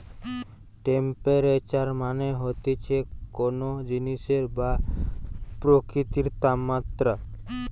temperature মানে হতিছে কোন জিনিসের বা প্রকৃতির তাপমাত্রা